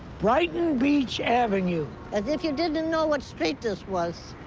brighton beach avenue. as if you didn't know what street this was.